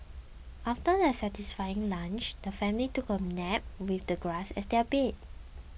after their satisfying lunch the family took a nap with the grass as their bed